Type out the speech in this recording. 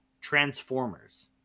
transformers